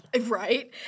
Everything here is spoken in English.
Right